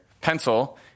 Pencil